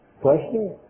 Question